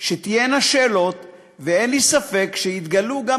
שתהיינה שאלות ואין לי ספק שיתגלו גם